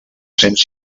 cents